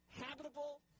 habitable